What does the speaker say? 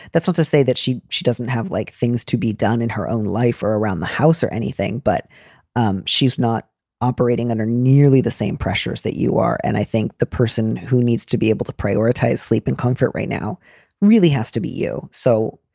that's not to say that she she doesn't have like things to be done in her own life or around the house or anything. but um she's not operating under nearly the same pressures that you are. and i think the person who needs to be able to prioritize sleep and comfort right now really has to be you. so,